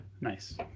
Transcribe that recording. Nice